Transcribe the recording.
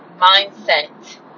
mindset